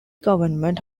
government